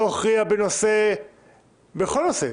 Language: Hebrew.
לא הכריע בכל נושא.